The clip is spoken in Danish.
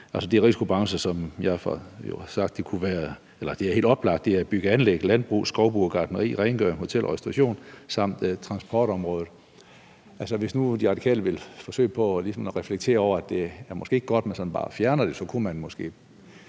de risikobrancher, jeg før har nævnt. Det er helt oplagt bygge- og anlægsbranchen, landbrug, skovbrug og gartneri, rengøring, hotel og restauration samt transportområdet. Altså, hvis nu De Radikale vil forsøge at reflektere over, at det måske ikke er godt, hvis man bare fjerner det, men så kunne man måske